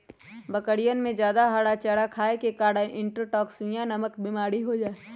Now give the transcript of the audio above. बकरियन में जादा हरा चारा खाये के कारण इंट्रोटॉक्सिमिया नामक बिमारी हो जाहई